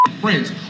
friends